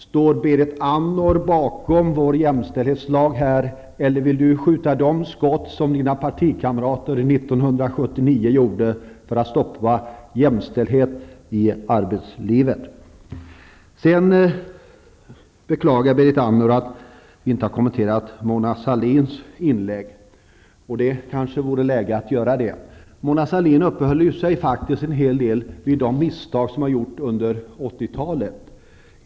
Står Berit Andnor bakom vår jämställdhetslag, eller vill hon skjuta de skott som hennes partikamrater gjorde 1979 för att stoppa jämställdhet i arbetslivet? Berit Andnor beklagade att vi inte har kommenterat Mona Sahlins inlägg. Och det kanske vore läge att göra det. Mona Sahlin uppehöll sig en hel del vid de misstag som gjordes under 80-talet.